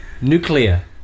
Nuclear